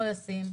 לא ישים,